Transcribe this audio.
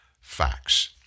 facts